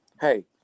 hey